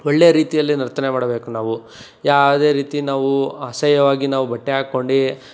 ಒಳ್ಳೆ ರೀತಿಯಲ್ಲಿ ನರ್ತನ ಮಾಡಬೇಕು ನಾವು ಯಾವುದೇ ರೀತಿ ನಾವು ಅಸಹ್ಯವಾಗಿ ನಾವು ಬಟ್ಟೆ ಹಾಕೊಂಡು